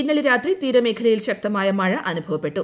ഇന്നലെ രാത്രി തീരമേഖലയ്യിൽ ശ്നക്തമായ മഴ അനുഭവപ്പെട്ടു